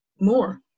more